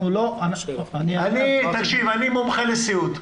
אני אענה --- תקשיב, אני מומחה לסיעוד.